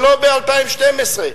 ולא ב-2012.